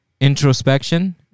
introspection